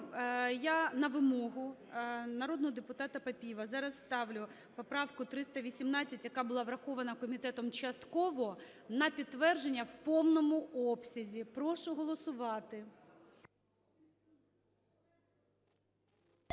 Я на вимогу народного депутата Папієва зараз ставлю поправку 318, яка була врахована комітетом частково, на підтвердження в повному обсязі. Прошу голосувати.